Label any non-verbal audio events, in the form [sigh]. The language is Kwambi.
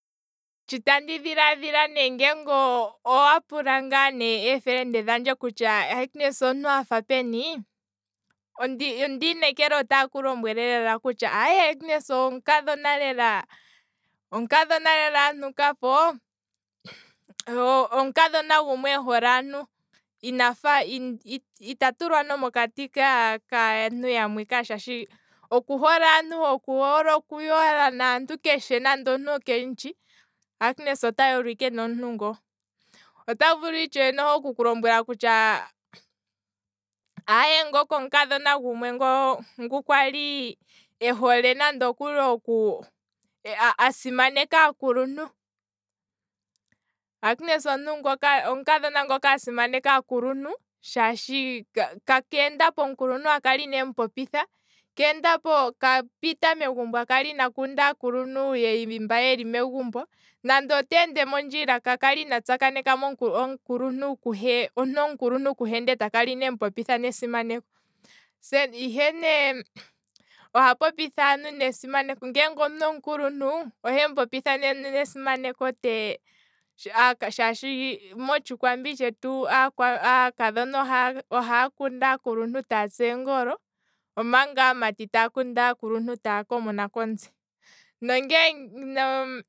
Shi tandi dhilaadhila ne kutya ngele owa pula eefelende dhandje kutya agnes omuntu afa peni, ondiinekela otaaku lombwele lela kutya agnes omukadhona lela antukapo [laughs] he omukadhona gumwe ehole aantu, inafa, ita tulwa nomo kati ka- ka- kaantu yamwe ka, shaashi oku hole oku yola naantu keshe nande omuntu kemutshi, agnes ota yolo ike nomuntu ngoo, aye, ngoka omuakdhona gumwe ngu ali, ehole nande okuli oku, asimaneka aakuluntu, agnes omukadhona ngoka asimaneka aakuluntu, shaashi keenda pomukuluntu a kale inemu popitha, keenda pegumbo a kale inaakunda aakuluntu mboka yeli megumbo, nande oteend emondjil ka kala ina tsakaneka omukuluntu kuhe ndele takala inemu popitha nesimaneko, he nee oha popitha aantu nesimaneko, he ne omuntu ngele omukuluntu ohemu popitha nesimaneko shaashi mo- motshikwambi tshetu aakadhona oha- ohaakundu aakuluntu taatsu oongolo omanga aamati taya kundu aakuluntu taa komona komutse, nongee nge